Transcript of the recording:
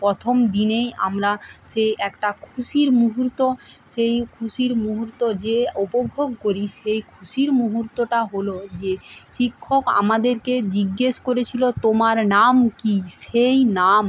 প্রথম দিনেই আমরা সেই একটা খুশির মুহুর্ত সেই খুশির মুহুর্ত যে উপভোগ করি সেই খুশির মুহুর্তটা হলো যে শিক্ষক আমাদেরকে জিজ্ঞেস করেছিলো তোমার নাম কী সেই নাম